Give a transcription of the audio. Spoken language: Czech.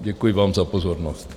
Děkuji vám za pozornost.